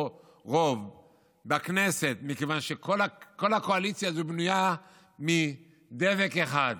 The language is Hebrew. רוב בכנסת מכיוון שכל הקואליציה הזו בנויה מדבק אחד,